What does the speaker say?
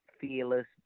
fearless